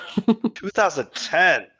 2010